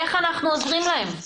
איך אנחנו עוזרים להם?